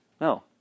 No